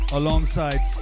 alongside